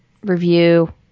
review